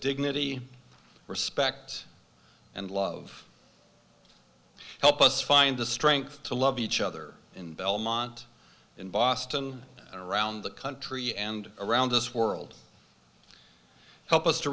dignity respect and love help us find the strength to love each other in belmont in boston and around the country and around this world help us to